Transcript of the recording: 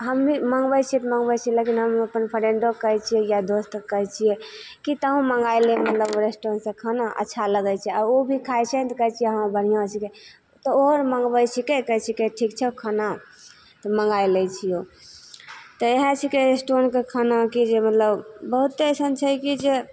हम भी मँगबय छियै तऽ मँगबय छियै लेकिन हम अपन फ्रेन्डोके कहय छियै आओर दोस्तके कहय छियै केतहो मँगाय लेब मतलब रेस्टोरेन्टसँ खाना अच्छा लगय छै आओर उ भी खाय छिकय तऽ कहय छिकय हँ बढ़िआँ छिकय तऽ आओर मँगबय छिके कहय छिकय ठीक छौ खाना तऽ मँगाय लै छियौ तऽ इएह छिकै रेस्टोरेन्टके खाना की जे मतलब बहुते अइसन छै की जे